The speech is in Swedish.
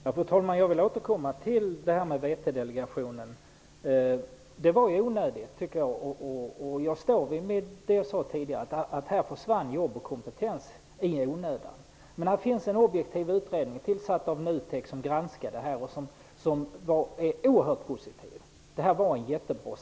Fru talman! Jag till återkomma till VT delegationen. Jag står fast vid vad jag sade tidigare. Jobb och kompetens försvann i onödan. En objektiv utredning, tillsatt av NUTEK, har granskat verksamheten. Utredningen var oerhört positiv och tyckte att satsningen var jättebra.